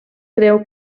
creu